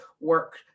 work